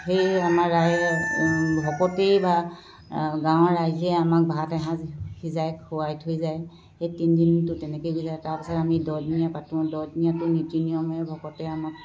সেই আমাৰ ভকতেই বা গাঁৱৰ ৰাইজেই আমাক ভাত এসাঁজ সিজায় খুৱাই থৈ যায় সেই তিনদিনটো তেনেকৈ গুচি যায় তাৰপিছত আমি দহদিনীয়া পাতোঁ দহদিনীয়াটো নীতি নিয়মে ভকতে আমাক